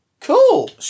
Cool